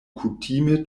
kutime